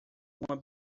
uma